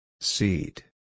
Seat